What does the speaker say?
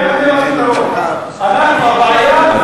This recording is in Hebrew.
אנחנו הבעיה,